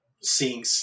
seeing